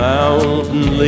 Mountain